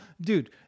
dude